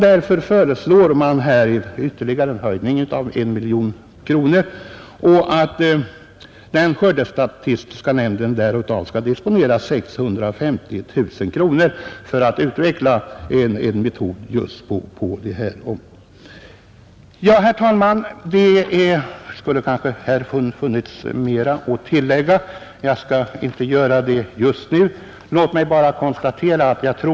Därför föreslås en ytterligare höjning med 1 miljon kronor och att skördestatistiska nämnden därav skall disponera 650 000 kronor för att utveckla en metod just på det här området. Herr talman! Det skulle kanske ha funnits mera att tillägga, men jag skall inte göra det just nu.